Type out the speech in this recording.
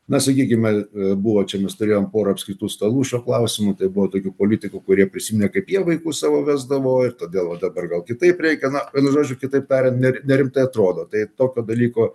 na sakykimebuvo čia mes turėjome pora apskritų stalų šiuo klausimu tai buvo tokių politikų kurie prisiminė kaip jie vaikus savo vesdavo ir todėl dabar gal kitaip reikia na vienu žodžiu kitaip tariant ne nerimtai atrodo tai tokio dalyko